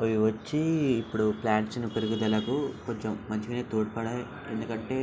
అవి వచ్చి ఇప్పుడు ప్లాంట్ల పెరుగుదలకు కొంచెం మంచిగానే తోడ్పడ్డాయి ఎందుకంటే